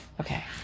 Okay